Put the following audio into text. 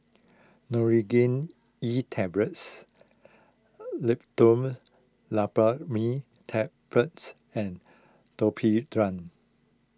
Nurogen E Tablets Loperamide Tablets and Domperidone